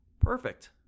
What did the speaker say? perfect